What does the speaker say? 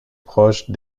proche